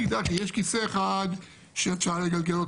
יש כיסא אחד שאתה יכול לגלגל אותו